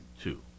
two